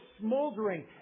smoldering